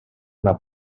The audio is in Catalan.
una